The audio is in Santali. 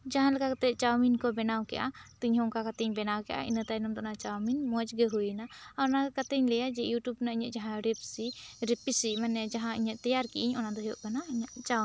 ᱡᱟᱦᱟᱸ ᱞᱮᱠᱟ ᱠᱟᱛᱮ ᱪᱟᱣᱢᱤᱱ ᱠᱚ ᱵᱮᱱᱟᱣ ᱠᱮᱫᱟ ᱛᱚ ᱤᱧ ᱦᱚᱸ ᱚᱱᱠᱟ ᱜᱮᱧ ᱵᱮᱱᱟᱣ ᱠᱮᱫᱟ ᱤᱱᱟᱹ ᱛᱟᱭᱱᱚᱢ ᱫᱚ ᱚᱱᱟ ᱪᱟᱣᱢᱤᱱ ᱢᱚᱡᱽ ᱜᱮ ᱦᱩᱭ ᱮᱱᱟ ᱟᱨ ᱚᱱᱟ ᱠᱟᱛᱮ ᱤᱧ ᱞᱟᱹᱭᱟ ᱡᱮ ᱭᱩᱴᱩᱵᱽ ᱨᱮᱱᱟᱜ ᱡᱟᱦᱟᱸ ᱤᱧᱟᱹᱜ ᱨᱮᱯᱥᱤ ᱨᱮᱯᱤᱥᱤ ᱢᱟᱦᱟᱸ ᱤᱧᱤᱧ ᱛᱮᱭᱟᱨ ᱠᱮᱫ ᱟ ᱧ ᱚᱱᱟ ᱫᱚ ᱦᱩᱭᱩᱜ ᱠᱟᱱᱟ ᱪᱟᱣᱢᱤᱱ